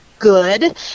good